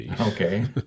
Okay